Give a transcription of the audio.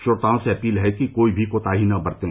श्रोताओं से अपील है कि कोई भी कोताही न बरतें